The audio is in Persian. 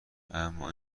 اما